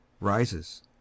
Rises